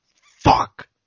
fuck